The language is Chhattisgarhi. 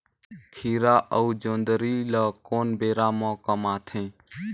खीरा अउ जोंदरी ल कोन बेरा म कमाथे?